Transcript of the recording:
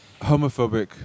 homophobic